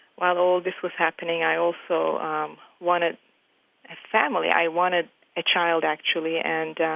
while all this was happening, i also um wanted a family. i wanted a child, actually, and